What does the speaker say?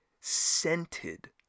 scented